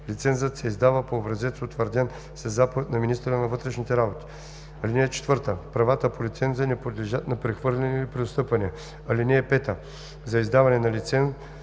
Лицензът се издава по образец, утвърден със заповед на министъра на вътрешните работи. (4) Правата по лиценза не подлежат на прехвърляне или преотстъпване. (5) За издаване на лиценз